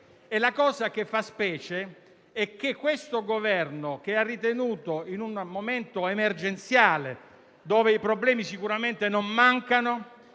la cosa che fa specie è che questo Governo, in un momento emergenziale, in cui i problemi sicuramente non mancano,